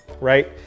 right